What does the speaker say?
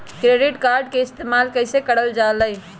Credit card के इस्तेमाल कईसे करल जा लई?